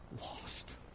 lost